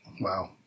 Wow